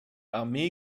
armee